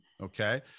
Okay